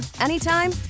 anytime